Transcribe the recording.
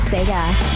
Sega